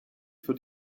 für